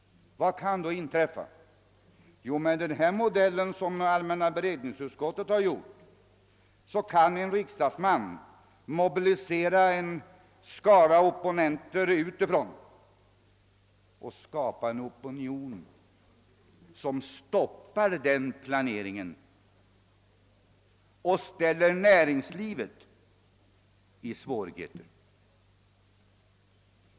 Vad kan då inträffa? Med den här modellen som allmänna beredningsutskottet har skapat kan en riksdagsman mobilisera en skara opponenter utifrån och bilda en opinion som stoppar denna planering och ställer näringslivet i svårigheter.